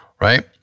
right